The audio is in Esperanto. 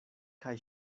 kaj